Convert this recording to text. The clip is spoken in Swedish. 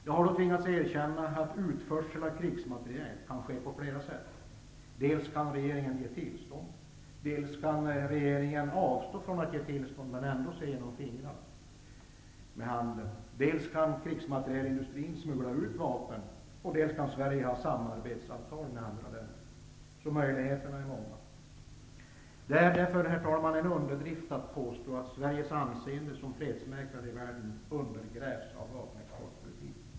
Jag har då tvingats erkänna att utförsel av krigsmateriel kan ske på flera sätt: dels kan regeringen ge tillstånd, dels kan regeringen avstå från att ge tillstånd men se genom fingrarna med handeln, dels kan krigsmaterielindustrin smuggla ut vapen, dels kan Sverige ha samarbetsavtal med andra länder. Möjligheterna är alltså många. Det är därför, herr talman, en underdrift att påstå att Sveriges anseende som fredsmäklare i världen undergrävs av vapenexportpolitiken.